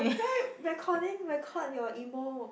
re~ recording record your emo